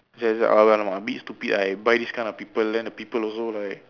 alamak a bit stupid ah I buy this kind of people then the people also like